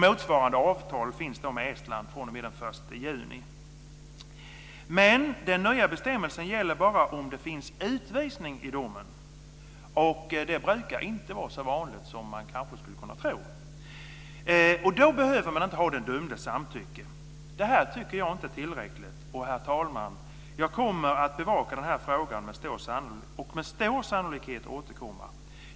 Motsvarande avtal finns med Estland från och med 1 juni. Men den nya bestämmelsen gäller bara om det finns utvisning i domen. Det är inte så vanligt som man kanske skulle kunna tro. Då behöver man inte ha den dömdes samtycke. Det här tycker jag inte är tillräckligt. Herr talman! Jag kommer att bevaka den här frågan och med stor sannolikhet återkomma.